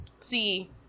see